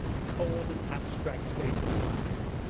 cold, and abstract state of mind.